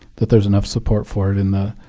that there's enough support for it in the